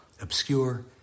obscure